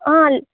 all